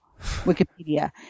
Wikipedia